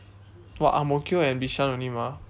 what ang-mo-kio and bishan only mah